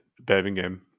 Birmingham